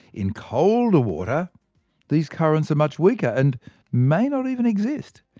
in colder water these currents are much weaker and may not even exist.